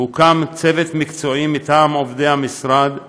הוקם צוות מקצועי מטעם עובדי המשרד,